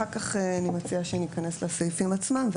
אחר כך אני מציעה שניכנס לסעיפים עצמם,